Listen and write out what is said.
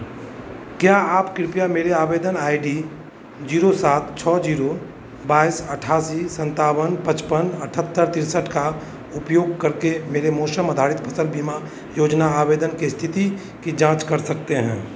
क्या आप कृपया मेरे आवेदन आई डी जीरो सात छः जीरो बाइस अठासी संतावन पचपन अठत्तर तिरसठ का उपयोग करके मेरे मौसम आधारित फ़सल बीमा योजना आवेदन की स्थिति की जाँच कर सकते हैं